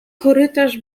korytarz